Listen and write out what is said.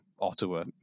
Ottawa